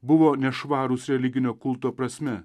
buvo nešvarūs religinio kulto prasme